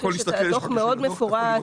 הדוח הוא מאוד מפורט.